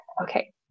Okay